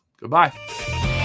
Goodbye